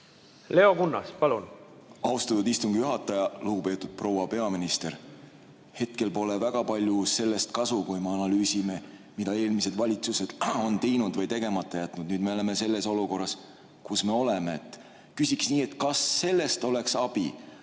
Leo Kunnas, palun! Austatud istungi juhataja! Lugupeetud proua peaminister! Hetkel pole väga palju kasu sellest, kui me analüüsime, mida eelmised valitsused on teinud või tegemata jätnud. Nüüd me oleme selles olukorras, kus me oleme. Küsiks nii. Kas sellest oleks abi,